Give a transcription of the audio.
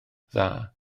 dda